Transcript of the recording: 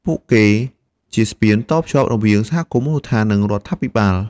ពួកគេជាស្ពានតភ្ជាប់រវាងសហគមន៍មូលដ្ឋាន និងរដ្ឋាភិបាល។